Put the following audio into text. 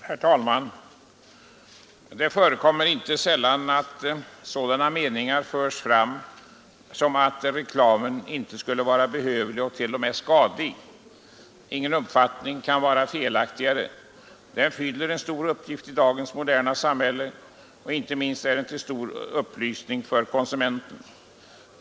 Herr talman! Det förekommer inte sällan att sådana meningar förs fram som att reklamen inte skulle vara behövlig och t.o.m. skadlig. Ingen uppfattning kan vara felaktigare. Den fyller en stor uppgift i dagens moderna samhälle. Inte minst är den till stor upplysning för konsumenten.